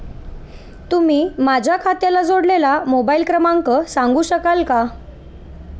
तुम्ही माझ्या खात्याला जोडलेला मोबाइल क्रमांक सांगू शकाल का?